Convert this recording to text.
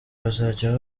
bazajya